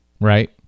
Right